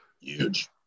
Huge